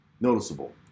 noticeable